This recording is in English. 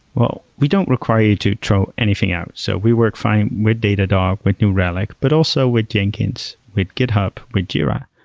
well, we don't require you to throw anything out. so we work find with datadog, with new relic, but also with jenkins, with github, with jira.